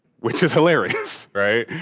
which is hilarious, right?